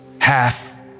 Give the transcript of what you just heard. Half